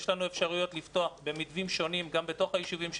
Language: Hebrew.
יש לנו אפשרויות לפתוח במתווים שונים גם בתוך היישובים שלנו.